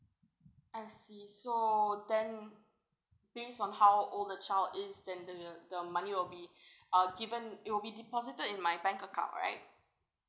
I see so then based on how old the child is then the the money will be uh given it'll be deposited in my bank account right